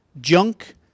junk